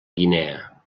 guinea